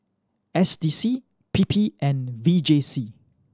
S D C P P and V J C